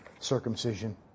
circumcision